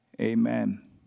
amen